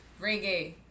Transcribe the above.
reggae